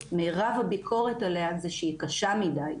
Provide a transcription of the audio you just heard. מירב הביקורת עליה זה שהיא קשה מדי,